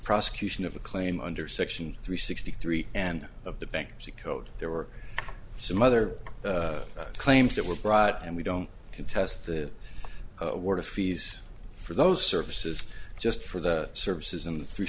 prosecution of a claim under section three sixty three and of the bankruptcy code there were some other claims that were brought and we don't contest the award of fees for those services just for the services in the three